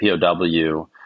POW